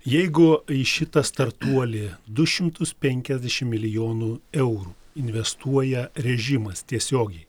jeigu į šitą startuolį du šimtus penkiasdešim milijonų eurų investuoja režimas tiesiogiai